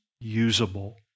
usable